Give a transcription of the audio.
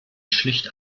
schlicht